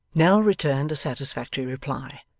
nell returned a satisfactory reply,